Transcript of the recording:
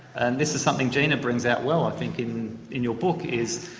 and this is something gina brings out well i think in in your book is